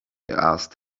asked